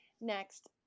next